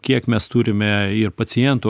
kiek mes turime ir pacientų